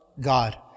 God